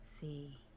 see